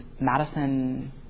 Madison